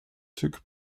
took